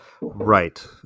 Right